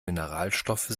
mineralstoffe